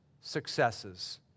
successes